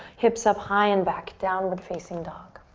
hips up high and back. downward facing dog.